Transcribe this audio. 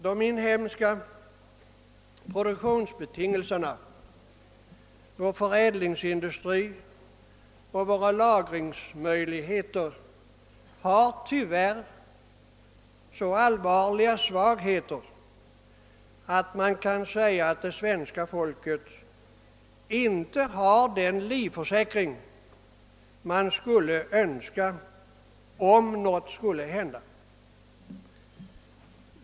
De inhemska produktionsbetingelserna, vår förädlingsindustri och våra lagringsmöjligheter har tyvärr så allvarliga svagheter att man kan säga att svenska folket inte har den livförsäkring man skulle önska om något skulle hända.